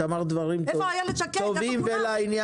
את אמרת דברים טובים ולעניין.